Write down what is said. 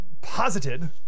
posited